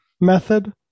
method